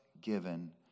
given